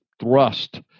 thrust